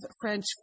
French